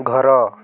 ଘର